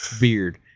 beard